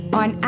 on